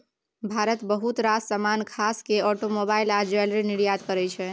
भारत बहुत रास समान खास केँ आटोमोबाइल आ ज्वैलरी निर्यात करय छै